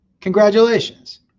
Congratulations